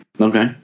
Okay